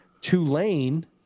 Tulane